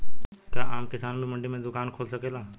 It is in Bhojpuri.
का आम किसान भी मंडी में दुकान खोल सकेला?